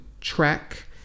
track